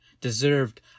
deserved